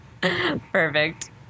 Perfect